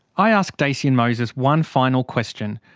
i ask dacian moses one final question,